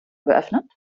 geöffnet